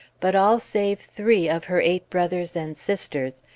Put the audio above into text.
but all save three of her eight brothers and sisters,